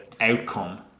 outcome